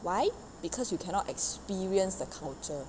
why because you cannot experience the culture